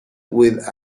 with